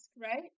right